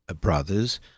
brothers